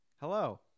Hello